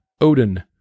Odin